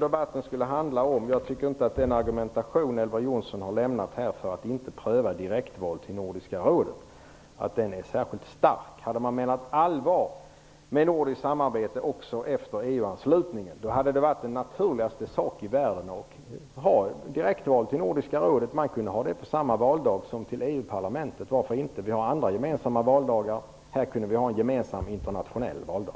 debatten skulle ju handla om Norden. Jag tycker inte att den argumentation som Elver Jonsson har lämnat här för att inte pröva direktval till Nordiska rådet är särskilt stark. Om man hade menat allvar med nordiskt samarbete även efter EU anslutningen hade det varit den naturligaste sak i världen att ha direktval till Nordiska rådet. Man skulle kunna ha det på samma valdag som till EU parlamentet. Varför skulle det inte gå? Vi har andra gemensamma valdagar. Här skulle vi kunna ha en gemensam internationell valdag.